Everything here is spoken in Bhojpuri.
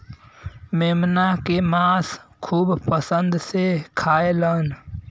मेमना के मांस खूब पसंद से खाएलन